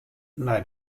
nei